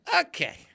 Okay